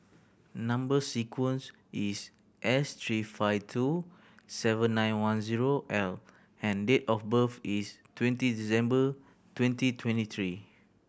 number sequence is S three five two seven nine one zero L and date of birth is twenty December twenty twenty three